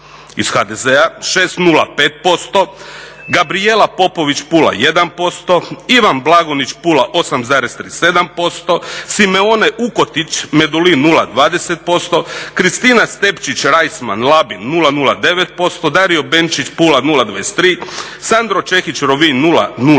iz HDZ-a 6,05%, Gabrijela Popović Pula 1%, Ivan Blagonić Pula 8,37%, Simeone Ukotić Medulin 0,20%, Kristina STepčić Reisman Labin 00,9%, Dario Benčić Pula 0,23, Sandro Čehić Rovinj 00,9%